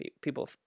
people